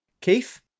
Keith